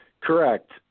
Correct